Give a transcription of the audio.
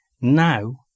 Now